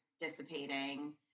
Dissipating